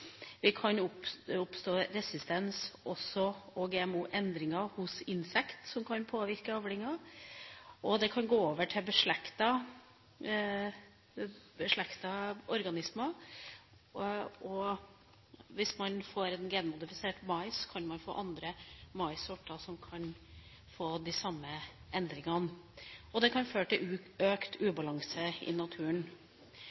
Vi kan få utviklet ugress som har den samme motstandsdyktighet som det produktet som har blitt utviklet med GMO. Det kan også oppstå resistens og GMO-endringer hos insekter, som kan påvirke avlinga, og det kan gå over til beslektede organismer. Hvis man får en genmodifisert mais, kan man få andre maissorter som kan få de samme endringene. Det kan